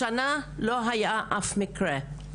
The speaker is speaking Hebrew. השנה לא היה אף מקרה.